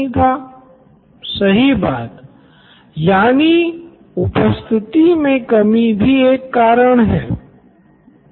तो अब आप ऐसी ही दो तीन बातों पर विचार कर सकते हैं जहां आपको लगे की हाँ यहाँ यह समस्या है या फिर जैसे छात्र आपके पास अपनी कोई समस्या लेकर आते हैं या ऐसा ही कुछ